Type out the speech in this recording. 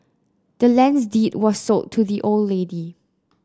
the land's deed was sold to the old lady